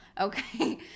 Okay